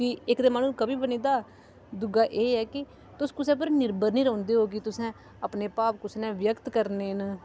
ते इक ते माह्नू कवि बनी जंदा दूआ एह् ऐ कि तुस कुसै पर निर्भर नी रौंह्दे ओ कि तुसें अपने भाव कुसै ने व्यक्त करने न